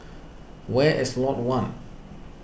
where is Lot one